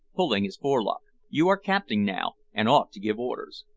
pulling his forelock you are capting now, an' ought to give orders.